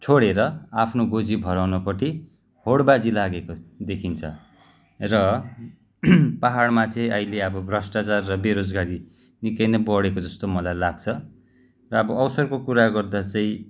छोडेर आफ्नो गोजी भराउनपट्टि होडबाजी लागेको देखिन्छ र पाहाडमा चाहिँ अहिले अब भ्रस्टचार र वेरोजगारी निकै नै बढेको जस्तो मलाई लाग्छ र अब अवसरको कुरा गर्दा चाहिँ